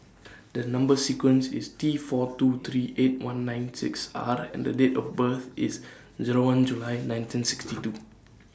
The Number sequence IS T four two three eight one nine six R and The Date of birth IS Zero one July nineteen sixty two